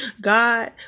God